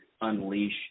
unleash